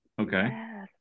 Okay